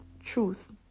truth